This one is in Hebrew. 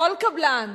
כל קבלן,